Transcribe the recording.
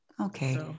okay